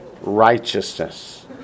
righteousness